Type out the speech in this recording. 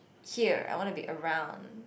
here I wanna be around